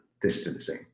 distancing